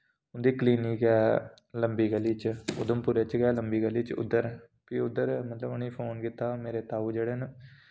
उं'दी क्लिनिक ऐ लम्बी गली च उधमपुरै च गै लम्बी गली च उद्धर फ्ही उद्धर मतलब उ'नें फोन कीता मेरे ताऊ जेह्ड़े न